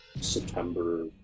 September